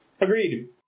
Agreed